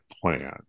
plan